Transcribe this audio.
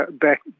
back